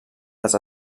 dels